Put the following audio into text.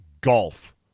golf